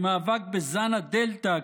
במאבק בזן הדלתא,